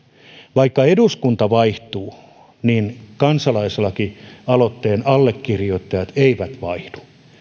vaikka eduskunta vaihtuu niin kansalaislakialoitteen allekirjoittajat eivät vaihdu